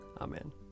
Amen